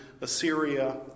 Assyria